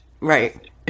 Right